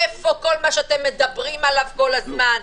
איפה כל מה שאתם מדברים עליו כל הזמן?